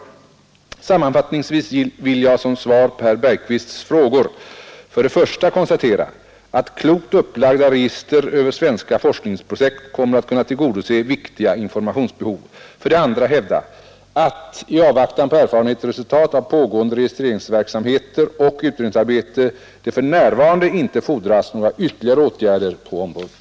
Sammanfattningsvis vill jag som svar på herr Bergqvists frågor för det första konstatera att klokt upplagda register över svenska forskningsprojekt kommer att kunna tillgodose viktiga informationsbehov, för det andra hävda att, i avvaktan på erfarenheter och resultat av pågående registreringsverksamheter och utredningsarbete, det för närvarande inte fordras några ytterligare åtgärder på området.